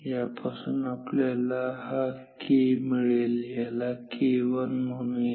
यापासून आपल्याला हा k मिळेल त्याला k1 म्हणूया